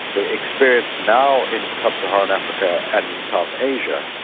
the experience now in sub-saharan africa and in south asia,